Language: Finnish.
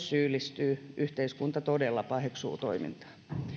syyllistyy yhteiskunta todella paheksuu toimintaa